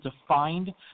defined